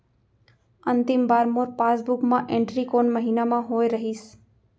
अंतिम बार मोर पासबुक मा एंट्री कोन महीना म होय रहिस?